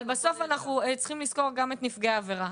אבל בסוף אנחנו צריכים לזכור גם את נפגעי העבירה,